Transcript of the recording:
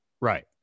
right